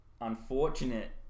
unfortunate